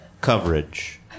coverage